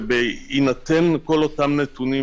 ובהינתן כל אותם נתונים,